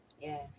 Yes